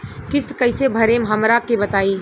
किस्त कइसे भरेम हमरा के बताई?